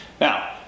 Now